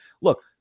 look